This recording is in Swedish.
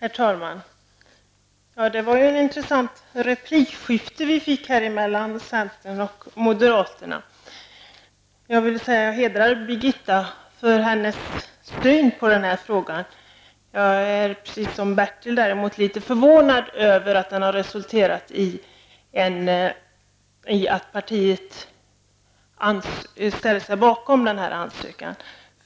Herr talman! Det var ett intressant replikskifte mellan centern och moderaterna, som vi fick lyssna till. Jag vill hedra Birgitta Hambraeus för hennes syn på den här frågan. Men som Bertil Persson är jag litet förvånad över att centerpartiet ställer sig bakom ansökan